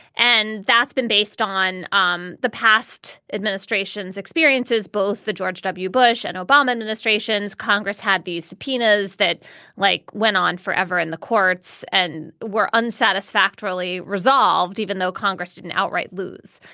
and that's been based on um the past administrations experiences, experiences, both the george w. bush and obama administrations. congress had these subpoenas that like went on forever in the courts and were unsatisfactorily resolved, even though congress didn't outright lose.